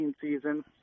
season